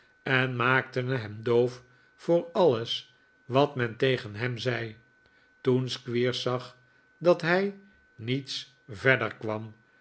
en maakten hem doof voor alles wat men tegen hem zei toen squeers zag dat hij niets yerder kwam